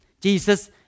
Jesus